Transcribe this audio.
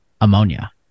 ammonia